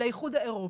לאיחוד האירופי,